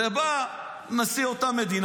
ובא נשיא אותה מדינה,